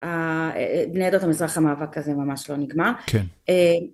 בני עדות המזרח המאבק הזה ממש לא נגמר